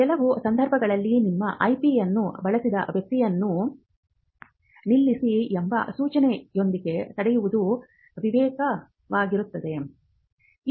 ಕೆಲವು ಸಂದರ್ಭಗಳಲ್ಲಿ ನಿಮ್ಮ IP ಯನ್ನು ಬಳಸಿದ ವ್ಯಕ್ತಿಯನ್ನು ನಿಲ್ಲಿಸಿ ಎಂಬ ಸೂಚನೆಯೊಂದಿಗೆ ತಡೆಯುವುದು ವಿವೇಕಯುತವಾಗಿದೆ